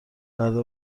فردا